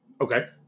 Okay